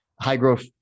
high-growth